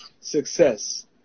success